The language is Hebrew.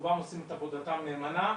רובם עושים את עבודתם נאמנה,